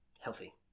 healthy